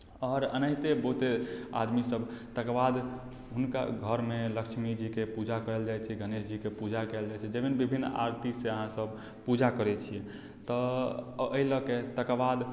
आओर एनाहिते बहुते आदमीसभ तकर बाद हुनका घरमे लक्ष्मीजीकेँ पूजा कयल जाइत छै गणेशजीकेँ पूजा कयल जाइत छै जाहिमे विभिन्न आरतीसँ अहाँसभ पूजा करैत छी तऽ एहि लए के तकर बाद